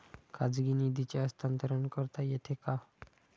खाजगी निधीचे हस्तांतरण करता येते का?